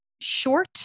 short